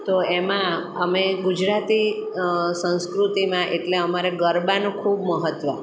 તો એમાં અમે ગુજરાતી સંસ્કૃતિમાં એટલે અમારે ગરબાનું ખૂબ મહત્ત્વ